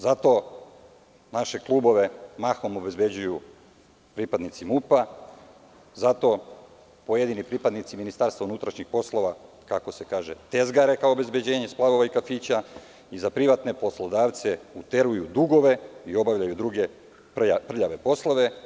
Zato naše klubove mahom obezbeđuju pripadnici MUP, zato pojedini pripadnici MUP, kako se kaže, tezgare kao obezbeđenje splavova i kafića i za privatne poslodavce uteruju dugove i obavljaju druge prljave poslove.